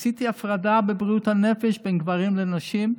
ובבריאות הנפש עשיתי הפרדה בין גברים לנשים,